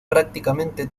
prácticamente